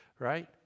Right